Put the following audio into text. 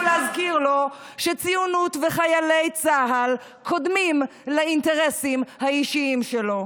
להזכיר לו שציונות וחיילי צה"ל קודמים לאינטרסים האישיים שלו.